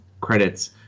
credits